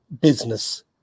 business